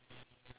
ya